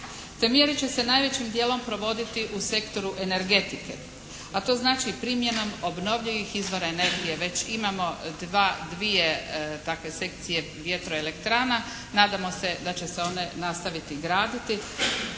Te mjere će se najvećim dijelom provoditi u sektoru energetike, a to znači primjenom obnovljivih izvora energije. Već imamo dvije takve sekcije vjetro-elektrana, nadamo se da će se one nastaviti graditi.